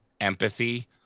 empathy